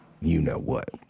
you-know-what